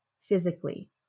physically